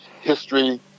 history